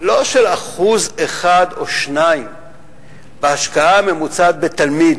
לא של 1% או 2% בהשקעה הממוצעת בתלמיד